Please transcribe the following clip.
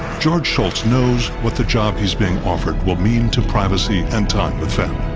george shultz knows what the job he's being offered will mean to privacy and time with family.